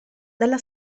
dalla